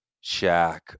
shack